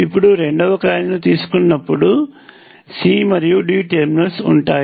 ఇప్పుడు రెండవ కాయిల్ ను తీసుకున్నపుడు C మరియు D టెర్మినల్స్ ఉంటాయి